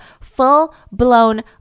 full-blown